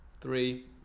three